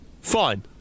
Fine